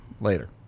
later